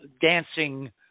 dancing